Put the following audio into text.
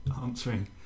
answering